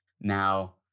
now